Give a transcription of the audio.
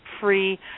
free